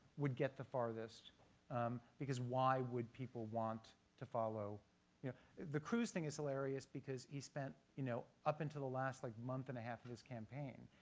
would get the farthest because why would people want to follow yeah the cruz thing is hilarious because he spent you know up until last like month and a half of his campaign,